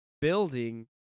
building